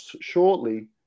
shortly